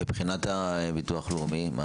מבחינת ביטוח לאומי מה?